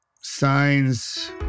signs